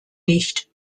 nicht